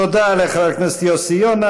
תודה לחבר הכנסת יוסי יונה.